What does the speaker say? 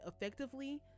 effectively